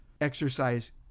exercise